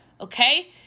okay